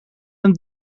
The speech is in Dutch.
een